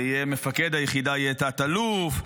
ומפקד היחידה יהיה תת-אלוף,